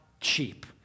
cheap